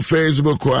Facebook